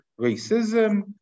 racism